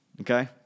Okay